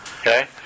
Okay